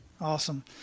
Awesome